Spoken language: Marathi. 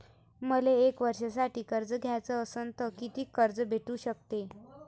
मले एक वर्षासाठी कर्ज घ्याचं असनं त कितीक कर्ज भेटू शकते?